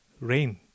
rain